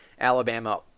Alabama